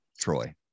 Troy